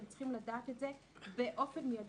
הם צריכים לדעת את זה באופן מיידי,